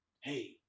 hey